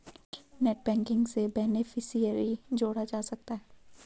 net banking से beneficiary जोड़ा जा सकता है